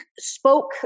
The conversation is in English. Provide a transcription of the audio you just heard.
spoke